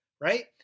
right